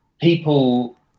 people